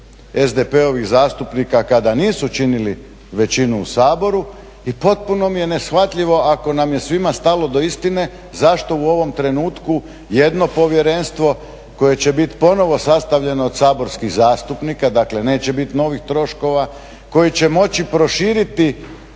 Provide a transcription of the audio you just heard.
SDP-ovih zastupnika kada nisu činili većinu u Saboru i potpuno mi je neshvatljivo ako nam je svima stalo do istine zašto u ovom trenutku jedno povjerenstvo koje će biti ponovno sastavljeno od saborskih zastupnika, dakle neće biti novih troškova, koji će moći proširiti